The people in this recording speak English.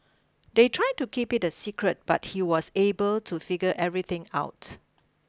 they try to keep it a secret but he was able to figure everything out